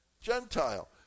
Gentile